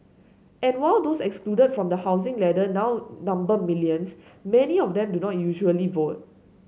and while those excluded from the housing ladder now number millions many of them do not usually vote